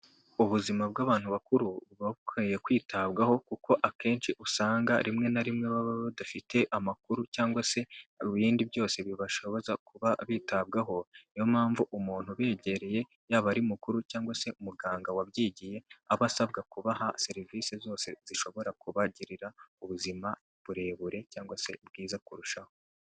Ubuzima bw'abantu bakuru buba bukwiye kwitabwaho kuko akenshi usanga rimwe na rimwe baba badafite amakuru cyangwa se ibindi byose bibashoboza kuba bitabwaho, niyo mpamvu umuntu ubegereye yaba ari mukuru cyangwa se umuganga wabyigiye, aba asabwa kubaha serivisi zose zishobora kubagirira ubuzima burebure cyangwa se bwiza kurushaho.